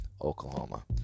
Oklahoma